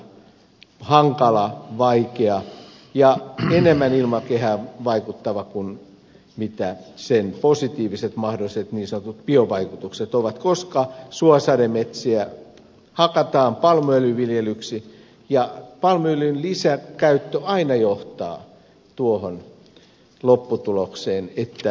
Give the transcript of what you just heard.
palmuöljy on aina hankala vaikea ja enemmän ilmakehään vaikuttava kuin mitä sen mahdolliset positiiviset niin sanotut biovaikutukset ovat koska suosademetsiä hakataan palmuöljyviljelyksiksi ja palmuöljyn lisäkäyttö aina johtaa tuohon lopputulokseen että uusia alueita hakataan